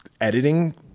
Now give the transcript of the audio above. editing